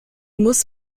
muss